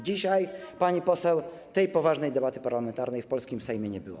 Dzisiaj, pani poseł, tej poważnej debaty parlamentarnej w polskim Sejmie nie było.